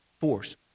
force